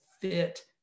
fit